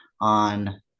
on